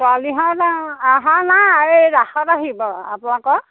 ছোৱালীহাল আহা নাই এই ৰাসত আহিব আপোনালোকৰ